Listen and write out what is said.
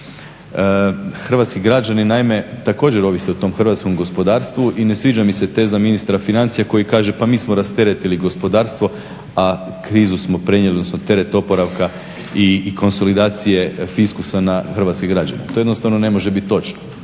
Hrvatski građani naime također ovise o tom hrvatskom gospodarstvu i ne sviđa mi se teza ministra financija koji kaže, pa mi smo rasteretili gospodarstva, a krizu smo prenijeli, odnosno teret oporavka i konsolidacije fiskusa na hrvatske građane. To jednostavno ne može biti točno,